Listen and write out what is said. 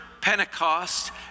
Pentecost